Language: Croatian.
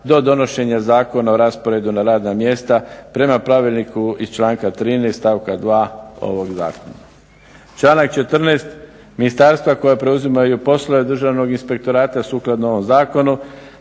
do donošenja Zakona o rasporedu na radna mjesta prema pravilniku iz Članka 13. stavka 2. ovoga Zakona. Članak 14. Ministarstva koja preuzimaju poslove Državnog inspektorata sukladno ovom Zakonu